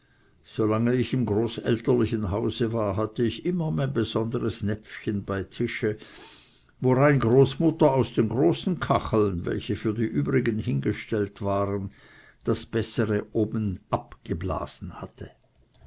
lange ich im großelterlichen hause war hatte ich immer mein besonderes näpfchen bei tische worein großmutter aus den großen kachlen welche für die übrigen hingestellt waren das bessere obenab geblasen hatte